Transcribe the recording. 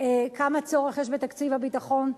כמה צורך יש בתקציב הביטחון.